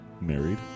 married